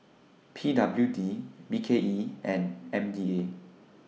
P W D B K E and M D A